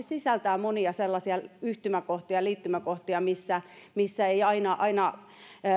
sisältää monia sellaisia yhtymäkohtia liittymäkohtia missä missä ei aina aina